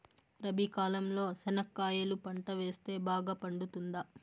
రబి కాలంలో చెనక్కాయలు పంట వేస్తే బాగా పండుతుందా?